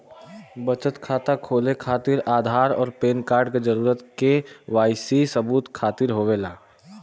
बचत खाता खोले खातिर आधार और पैनकार्ड क जरूरत के वाइ सी सबूत खातिर होवेला